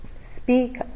speak